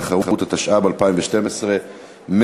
התשע"ג 2013,